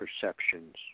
perceptions